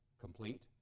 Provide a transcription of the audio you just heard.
complete